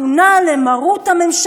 שבאמת מתאימה לימי המנדט הבריטי.